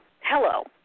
hello